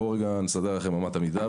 בואו נסדר לכם את אמות המידה,